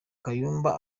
kayumba